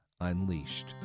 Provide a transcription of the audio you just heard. Unleashed